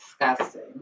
disgusting